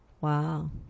Wow